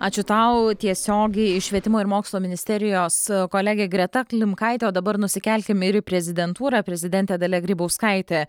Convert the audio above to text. ačiū tau tiesiogiai iš švietimo ir mokslo ministerijos kolegė greta klimkaitė o dabar nusikelkime į prezidentūrą prezidentė dalia grybauskaitė